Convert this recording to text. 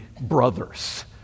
brothers